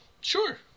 Sure